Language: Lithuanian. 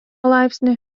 laipsnį